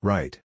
Right